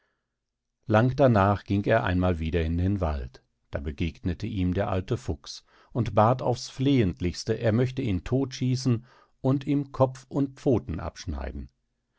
lang danach ging er einmal wieder in den wald da begegnete ihm der alte fuchs und bat aufs flehentlichste er möchte ihn todtschießen und ihm kopf und pfoten abschneiden